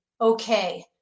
okay